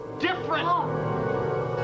different